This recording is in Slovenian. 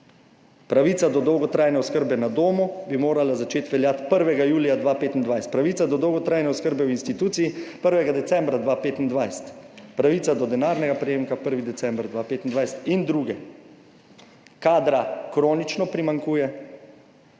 Pravica do dolgotrajne oskrbe na domu, bi morala začeti veljati 1. julija 2025, pravica do dolgotrajne oskrbe v instituciji 1. decembra 2025, pravica do denarnega prejemka 1. december 2025 in druge. Kadra kronično primanjkuje,